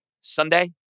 Sunday